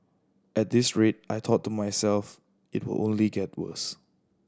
at this rate I thought to myself it will only get worse